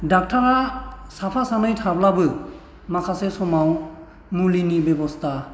डक्ट'रा साफा सानै थाब्लाबो माखासे समाव मुलिनि बेब'स्था